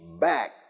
back